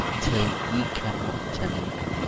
till ye come up to me.